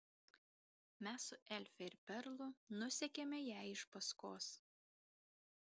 mes su elfe ir perlu nusekėme jai iš paskos